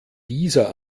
dieser